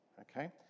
okay